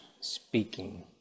speaking